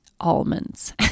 almonds